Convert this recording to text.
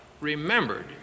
remembered